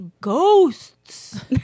Ghosts